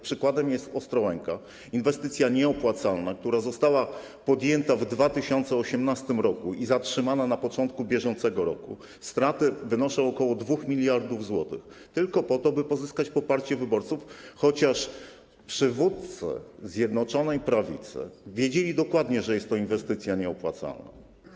Przykładem jest Ostrołęka, inwestycja nieopłacalna, która została podjęta w 2018 r. i zatrzymana na początku bieżącego roku, straty wynoszą ok. 2 mld zł, tylko po to, by pozyskać poparcie wyborców, chociaż przywódcy Zjednoczonej Prawicy wiedzieli dokładnie, że jest to inwestycja nieopłacalna.